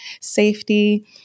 safety